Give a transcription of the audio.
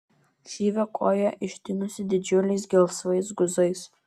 šyvio koja ištinusi didžiuliais gelsvais guzais